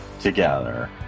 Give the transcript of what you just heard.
together